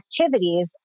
activities